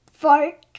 fart